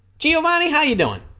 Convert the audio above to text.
giovani how you doing